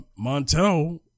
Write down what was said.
Montel